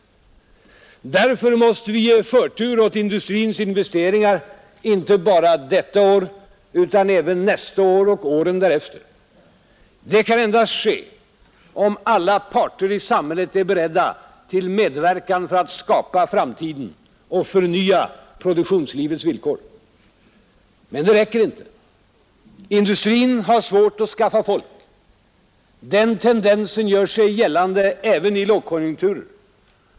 Därför måste vi ge förtur åt industrins investeringar inte bara detta år utan även nästa år och åren därefter. Det kan endast ske om alla parter i samhället är beredda till medverkan för att skapa framtiden och förnya produktionslivets villkor. Men det räcker inte. Industrin har svårt att skaffa folk. Den tendensen gör sig gällande även i lågkonjunkturer.